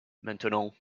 maintenant